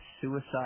suicide